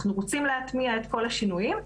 אנחנו רוצים להטמיע את כל השינויים.